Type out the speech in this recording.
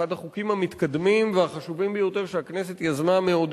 אחד החוקים המתקדמים והחשובים ביותר שהכנסת יזמה מעודה